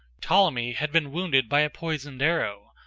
ptolemy had been wounded by a poisoned arrow,